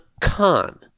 con